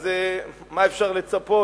אז מה אפשר לצפות?